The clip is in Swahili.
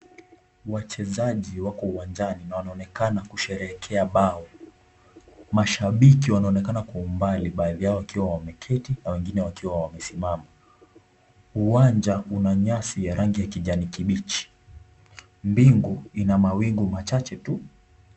Wachezaji wako uwanjani na wanaonekana wakisherehekea bao, mashabki wanaonekana kwa umbali baadhi yao wakiwa wameketi na wengine wakiwa wamesimama, uwanja una nyasi ya rangi ya kijani kibichi mbingu ni mawingu machache tu.